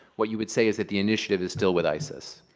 what you would say is that the initiative is still with isis.